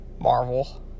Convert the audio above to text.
Marvel